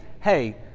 Hey